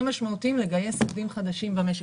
משמעותיים לגייס עובדים חדשים במשק.